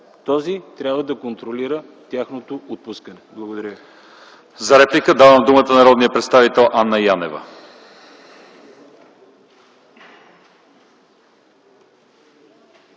той трябва да контролира тяхното отпускане. Благодаря